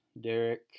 Derek